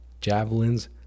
javelins